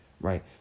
right